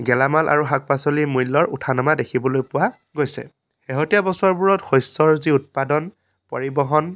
গেলামাল আৰু শাক পাচলিৰ মূল্যৰ উঠা নমা দেখিবলৈ পোৱা গৈছে শেহতীয়া বছৰবোৰত শস্যৰ যি উৎপাদন পৰিবহণ